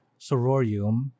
Sororium